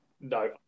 No